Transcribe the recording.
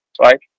Right